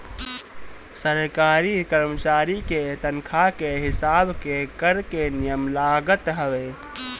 सरकारी करमचारी के तनखा के हिसाब के कर के नियम लागत हवे